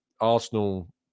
Arsenal